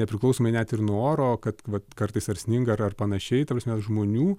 nepriklausomai net ir nuo oro kad vat kartais ar sninga ar ar panašiai ta prasme žmonių